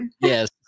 Yes